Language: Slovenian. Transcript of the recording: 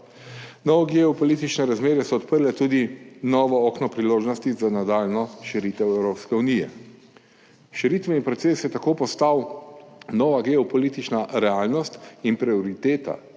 Nove geopolitične razmere so odprle tudi novo okno priložnosti za nadaljnjo širitev Evropske unije. Širitveni proces je tako postal nova geopolitična realnost in prioriteta,